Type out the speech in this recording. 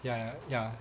ya ya